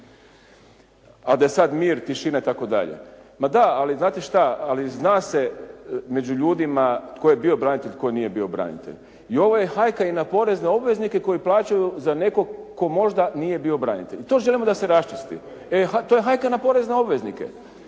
a da je sad mir, tišina itd. Ma da, ali znate šta. Ali zna se među ljudima tko je bio branitelj, tko nije bio branitelj. I ovo je hajka i na porezne obveznike koji plaćaju za nekog tko možda nije bio branitelj. To želimo da se raščisti. To je hajka na porezne obveznike.